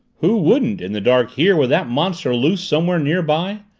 who wouldn't in the dark here with that monster loose somewhere near by?